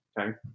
okay